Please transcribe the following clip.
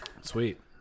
Sweet